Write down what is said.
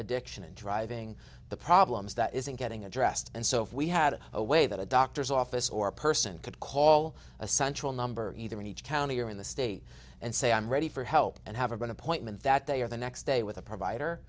addiction and driving the problems that isn't getting addressed and so if we had a way that a doctor's office or person could call a central number either in each county or in the state and say i'm ready for help and have an appointment that they are the next day with a provider